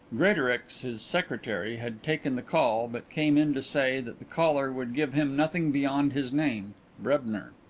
greatorex, his secretary, had taken the call, but came in to say that the caller would give him nothing beyond his name brebner.